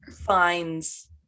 finds